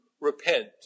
repent